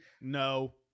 No